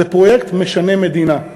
זה פרויקט משנה מדינה.